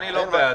אני לא בעד.